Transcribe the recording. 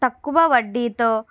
తక్కువ వడ్డీతో